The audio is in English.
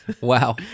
Wow